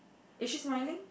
is she smiling